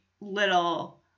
little